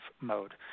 mode